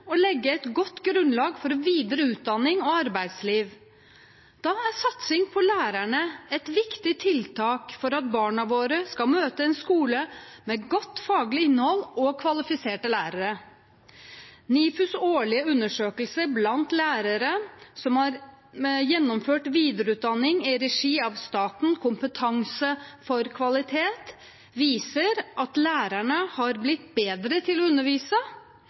og legge et godt grunnlag for videre utdanning og arbeidsliv. Da er satsing på lærerne et viktig tiltak for at barna våre skal møte en skole med godt faglig innhold og kvalifiserte lærere. NIFUs årlige undersøkelse blant lærere som har gjennomført videreutdanning i regi av staten – Kompetanse for kvalitet – viser at lærerne har blitt bedre til å undervise,